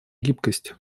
гибкость